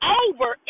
over